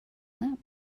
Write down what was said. lamp